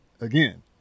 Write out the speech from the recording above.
again